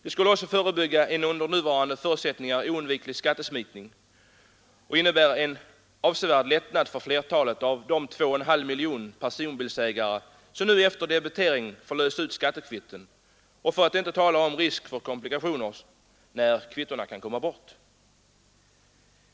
Det skulle också förebygga en under nuvarande förutsättningar oundviklig skattesmitning och innebära en avsevärd lättnad för flertalet av de 2 500 000 personbilsägarna, som nu efter debitering får lösa ut skattekvitton — för att inte tala om risken för komplikationer om kvittona kommer bort.